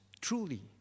Truly